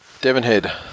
Devonhead